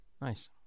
Nice